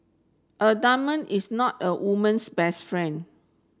a diamond is not a woman's best friend